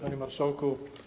Panie Marszałku!